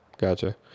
Gotcha